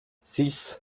six